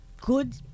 Good